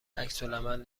عکسالعمل